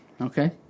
Okay